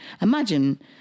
Imagine